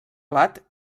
plat